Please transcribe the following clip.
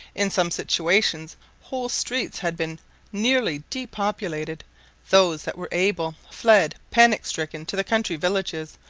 in some situations whole streets had been nearly depopulated those that were able fled panic-stricken to the country villages,